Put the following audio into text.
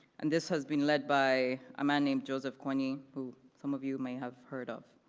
and this has been led by a man named joseph kony, who some of you may have heard of,